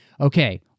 Okay